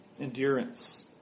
Endurance